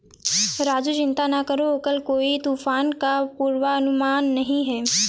राजू चिंता ना करो कल कोई तूफान का पूर्वानुमान नहीं है